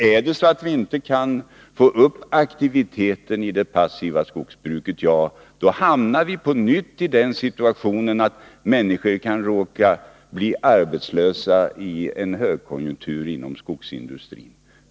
Kan vi inte få upp aktiviteten hos det passiva skogsbruket, hamnar vi på nytt i den situationen att människor kan bli arbetslösa i en högkonjunktur inom skogsindustrin.